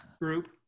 group